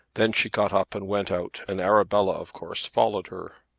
then she got up and went out and arabella of course followed her.